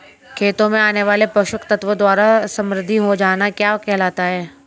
खेतों में आने वाले पोषक तत्वों द्वारा समृद्धि हो जाना क्या कहलाता है?